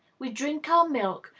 we drink our milk,